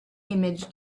image